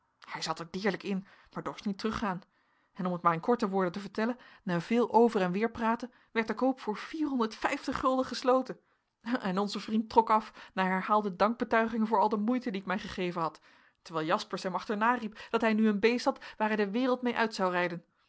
hij zat er deerlijk in maar dorst niet teruggaan en om het maar in korte woorden te vertellen na veel over en weer praten werd de koop voor gesloten en onze vriend trok af na herhaalde dankbetuigingen voor al de moeite die ik mij gegeven had terwijl jaspersz hem achternariep dat hij nu een beest had waar hij de wereld mee uit zou rijden